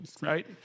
right